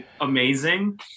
amazing